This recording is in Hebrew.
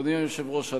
אדוני היושב-ראש,